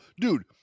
dude